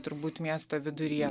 turbūt miesto viduryje